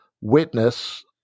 witness